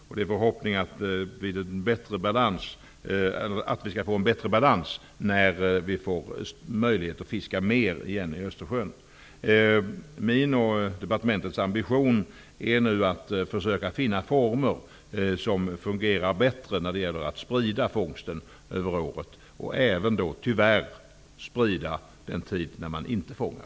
Det är min förhoppning att vi skall få en bättre balans när vi får möjlighet att fiska mer igen i Östersjön. Min och departementets ambition är nu att försöka finna former som fungerar bättre när det gäller att sprida fångsten över året och även, tyvärr, sprida ut den tid då man inte fiskar.